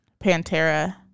Pantera